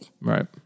Right